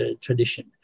tradition